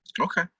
Okay